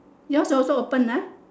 yours also open ah